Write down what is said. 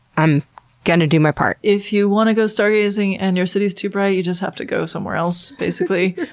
i'm gonna do my part. if you want to go stargazing and your city is too bright you just have to go somewhere else, basically.